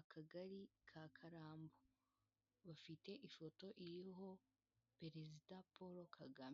akagari ka Karambo, bafite ifoto iriho perezida Paul Kagame.